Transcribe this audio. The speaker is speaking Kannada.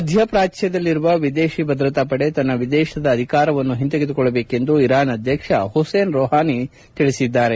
ಮಧ್ಯಪಾಚ್ನದಲ್ಲಿರುವ ವಿದೇಶಿ ಭದ್ರತಾಪಡೆ ತನ್ನ ವಿದೇಶ ಅಧಿಕಾರವನ್ನು ಹಿಂತೆಗೆದುಕೊಳ್ಳಬೇಕೆಂದು ಇರಾನ್ ಅಧ್ಯಕ್ಷ ಹುಸೇನ್ ರೋಹಾನಿ ಹೇಳಿದ್ದಾರೆ